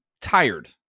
tired